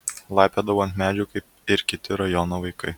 laipiodavau ant medžių kaip ir kiti rajono vaikai